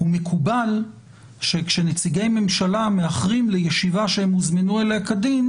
ומקובל שכשנציגי הממשלה מאחרים לישיבה שהם הוזמנו אליה כדין,